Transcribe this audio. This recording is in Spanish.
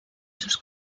sus